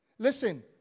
Listen